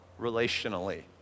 relationally